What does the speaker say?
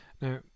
Now